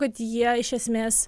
kad jie iš esmės